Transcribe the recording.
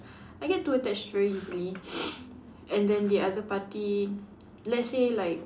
I get too attached very easily and then the other party let's say like